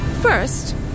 First